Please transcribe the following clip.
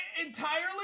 entirely